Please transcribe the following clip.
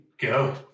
Go